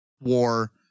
war